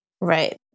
Right